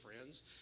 friends